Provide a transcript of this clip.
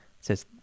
says